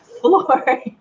floor